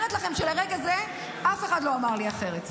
-- אני אומרת לכם שעד לרגע זה אף אחד לא אמר לי אחרת.